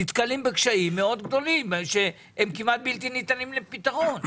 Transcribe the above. נתקלים בקשיים מאוד גדולים שהם כמעט בלתי ניתנים לפתרון.